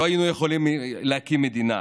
לא היינו יכולים להקים מדינה,